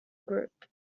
group